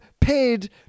paid